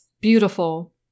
beautiful